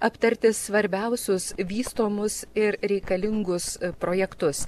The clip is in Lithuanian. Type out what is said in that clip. aptarti svarbiausius vystomus ir reikalingus projektus